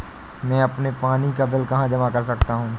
मैं अपने पानी का बिल कहाँ जमा कर सकता हूँ?